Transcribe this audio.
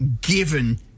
given